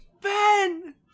Ben